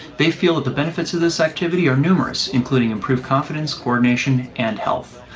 they feel that the benefits of this activity are numerous including improved confidence, coordination and health.